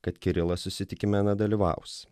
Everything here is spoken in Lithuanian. kad kirilas susitikime nedalyvaus